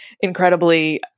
incredibly